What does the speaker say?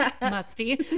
Musty